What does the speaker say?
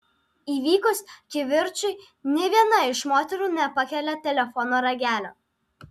įvykus kivirčui nė viena iš moterų nepakelia telefono ragelio